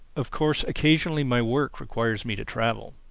of course occasionally my work requires me to travel.